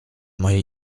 mojej